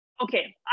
okay